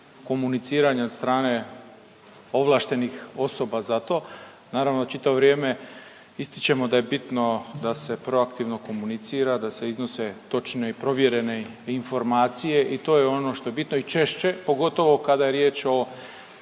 komuniciranja od strane ovlaštenih osoba za to. Naravno, čitavo vrijeme ističemo da je bitno da se proaktivno komunicira, da se iznose točne i provjerene informacije i to je ono što je bitno i češće, pogotovo kada je riječ o